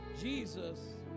Jesus